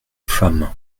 femme